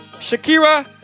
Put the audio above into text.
Shakira